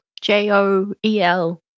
J-O-E-L